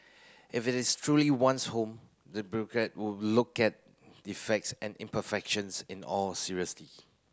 if it is truly one's home the would look at defects and imperfections in all seriously